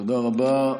תודה רבה.